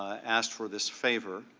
ah asked for this favor,